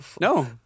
no